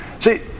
See